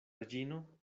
reĝino